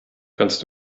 kannst